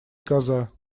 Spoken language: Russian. коза